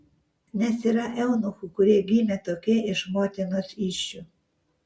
nes yra eunuchų kurie gimė tokie iš motinos įsčių